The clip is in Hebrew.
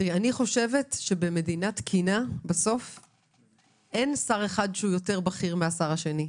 אני חושבת שבמדינה תקינה אין שר אחד שהוא יותר בכיר מהשר השני.